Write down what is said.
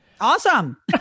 Awesome